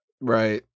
Right